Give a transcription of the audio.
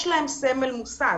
יש להם סמל מוסד.